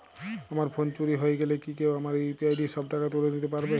আমার ফোন চুরি হয়ে গেলে কি কেউ আমার ইউ.পি.আই দিয়ে সব টাকা তুলে নিতে পারবে?